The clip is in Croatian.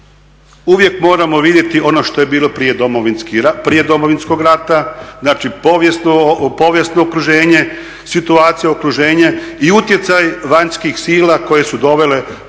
uvijek moramo vidjeti ono što je bilo prije Domovinskog rata, znači povijesno okruženje, situacija u okruženju i utjecaj vanjskih sila koje su dovele do ovoga